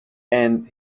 and